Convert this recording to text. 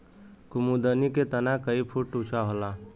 कुमुदनी क तना कई फुट ऊँचा होला